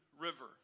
River